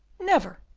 never!